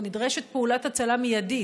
ונדרשת פעולת הצלה מיידית.